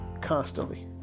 Constantly